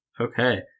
Okay